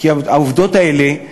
כי העובדות האלה,